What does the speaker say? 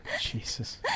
Jesus